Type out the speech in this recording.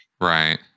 Right